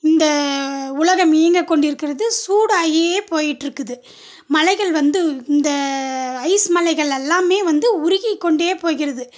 இந்த உலகம் இயங்கி கொண்டிருக்கிறது சூடாகியே போயிகிட்ருக்குது மலைகள் வந்து இந்த ஐஸ் மலைகள் எல்லாமே வந்து உருகிக்கொண்டே போகிறது